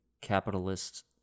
capitalists